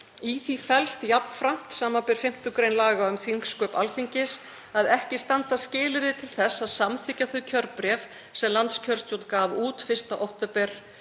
Í því felst jafnframt, samanber 5. gr. laga um þingsköp Alþingis, að ekki standa skilyrði til þess að samþykkja þau kjörbréf sem landskjörstjórn gaf út 1. október